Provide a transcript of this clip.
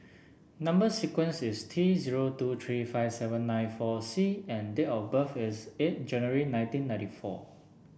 number sequence is T zero two three five seven nine four C and date of birth is eight January nineteen ninety four